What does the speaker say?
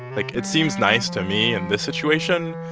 like, it seems nice to me in this situation.